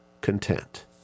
Content